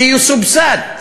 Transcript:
שיסובסד,